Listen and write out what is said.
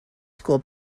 school